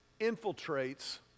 infiltrates